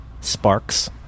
sparks